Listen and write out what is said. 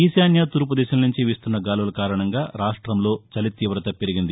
ఈశాన్య తూర్పు దిశల నుంచి వీస్తున్న గాలుల కారణంగా రాష్టంలో చలితీవత పెరిగింది